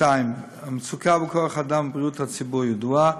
2. המצוקה בכוח-אדם בבריאות הציבור ידועה,